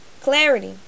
Clarity